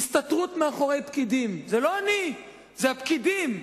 הסתתרות מאחורי פקידים, זה לא אני, זה הפקידים.